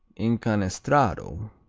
incanestrato